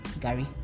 Gary